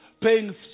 paying